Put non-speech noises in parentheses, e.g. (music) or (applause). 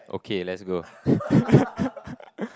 okay let's go (laughs)